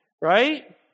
Right